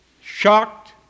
shocked